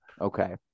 okay